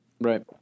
right